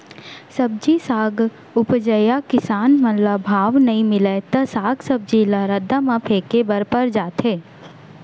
सब्जी साग उपजइया किसान मन ल भाव नइ मिलय त साग सब्जी ल रद्दा म फेंके बर पर जाथे